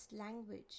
language